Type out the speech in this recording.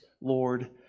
Lord